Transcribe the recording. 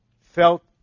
felt